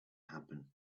happen